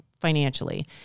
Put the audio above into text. financially